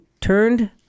turned